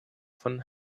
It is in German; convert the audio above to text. von